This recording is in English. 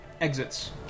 exits